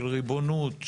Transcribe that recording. של ריבונות,